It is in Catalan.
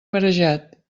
marejat